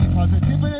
Positive